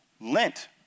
Lent